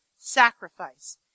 sacrifice